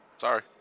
Sorry